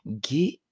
get